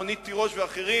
רונית תירוש ואחרים,